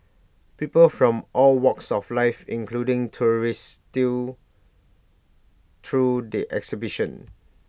people from all walks of life including tourists still through the exhibition